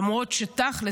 למרות שתכלס,